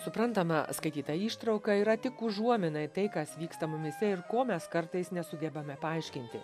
suprantama skaityta ištrauka yra tik užuomina į tai kas vyksta mumyse ir ko mes kartais nesugebame paaiškinti